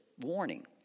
warning